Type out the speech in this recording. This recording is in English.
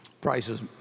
prices